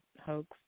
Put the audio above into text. hoax